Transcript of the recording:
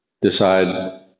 decide